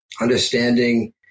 understanding